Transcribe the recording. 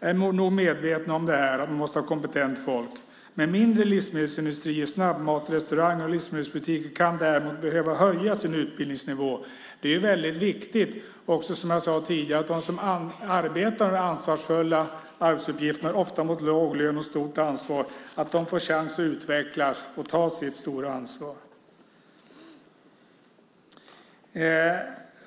är nog medvetna om att man måste ha kompetent folk, men mindre livsmedelsindustrier, snabbmatsrestauranger och livsmedelsbutiker kan däremot behöva höja sin utbildningsnivå. Som jag sade tidigare är det väldigt viktigt att de som arbetar med ansvarsfulla arbetsuppgifter, ofta mot låg lön och med ett stort ansvar, får chans att utvecklas och ta sitt stora ansvar.